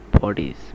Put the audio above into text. bodies